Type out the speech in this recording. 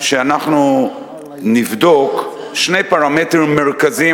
שאנחנו נבדוק שני פרמטרים מרכזיים,